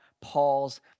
Paul's